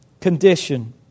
condition